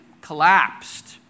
collapsed